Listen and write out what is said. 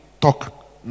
talk